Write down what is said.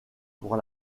pour